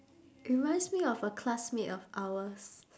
reminds me of a classmate of ours